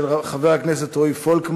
מס' 959, של חבר הכנסת רועי פולקמן.